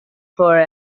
for